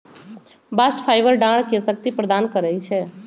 bast fibre डांरके शक्ति प्रदान करइ छै